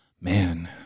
man